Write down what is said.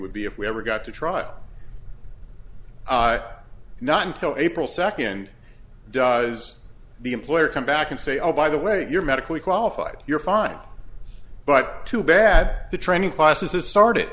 would be if we ever got to trial not until april second does the employer come back and say oh by the way you're medically qualified you're fine but too bad the training process is started